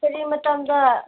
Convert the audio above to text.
ꯀꯔꯤ ꯃꯇꯝꯗ